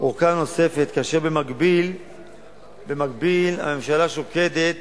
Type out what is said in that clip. ארכה נוספת, כאשר במקביל הממשלה שוקדת